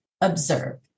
observe